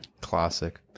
Classic